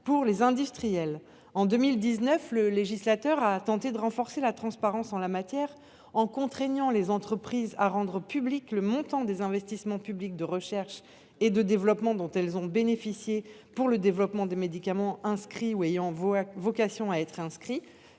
pour les industriels. En 2019, le législateur a tenté de renforcer la transparence en la matière en contraignant les entreprises à rendre public le montant des investissements publics de recherche et de développement dont elles ont bénéficié pour le développement des médicaments inscrits sur la liste en sus